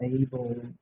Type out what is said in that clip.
able